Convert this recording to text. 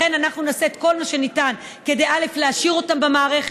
לכן אנחנו נעשה את כל מה שניתן כדי להשאיר אותן במערכת.